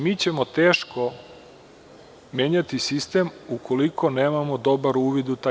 Mi ćemo teško menjati sistem ukoliko nemamo dobar uvid u taj